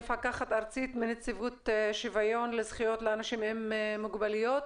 מפקחת ארצית מנציבות שוויון לזכויות לאנשים עם מוגבלויות.